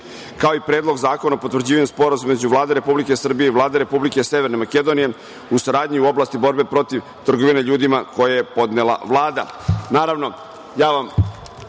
kao i Predlog zakona o potvrđivanju Sporazuma između Vlade Republike Srbije i Vlade Republike Severne Makedonije u saradnji u oblasti borbe protiv trgovine ljudima, koje je podnela Vlada.